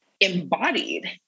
embodied